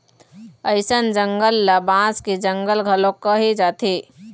अइसन जंगल ल बांस के जंगल घलोक कहे जाथे